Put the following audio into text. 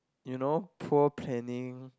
you know poor planning